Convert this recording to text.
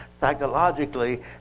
psychologically